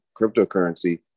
cryptocurrency